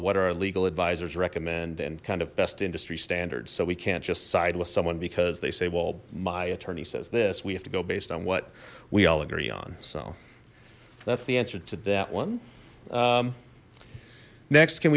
what our legal advisors recommend and kind of best industry standards so we can't just side with someone because they say well my attorney says this we have to go based on what we all agree on so that's the answer to that one